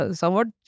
somewhat